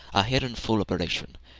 are here in full operation.